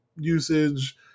usage